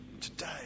today